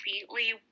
completely